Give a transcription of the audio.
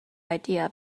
idea